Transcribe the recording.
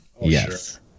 yes